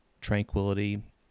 tranquility